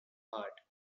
heart